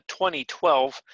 2012